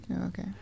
Okay